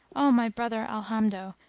o my brother, alhamdo,